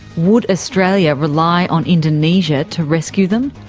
would australia rely on indonesia to rescue them?